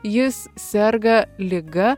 jis serga liga